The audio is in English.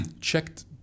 checked